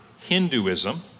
Hinduism